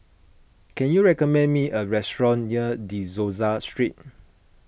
can you recommend me a restaurant near De Souza Street